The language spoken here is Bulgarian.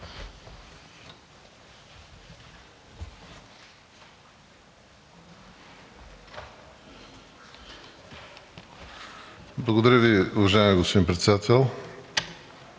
Благодаря Ви, уважаеми господин Председател.